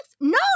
no